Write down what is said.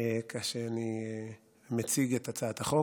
כאשר אני מציג את הצעת החוק.